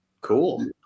Cool